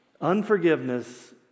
unforgiveness